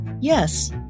Yes